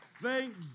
Thank